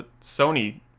Sony